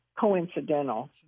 coincidental